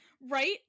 Right